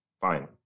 Fine